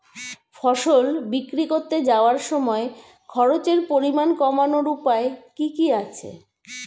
ফসল বিক্রি করতে যাওয়ার সময় খরচের পরিমাণ কমানোর উপায় কি কি আছে?